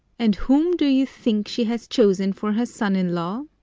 and whom do you think she has chosen for her son-in-law?